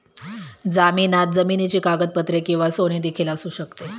जामिनात जमिनीची कागदपत्रे किंवा सोने देखील असू शकते